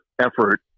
effort